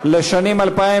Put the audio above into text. (תיקוני